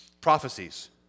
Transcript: prophecies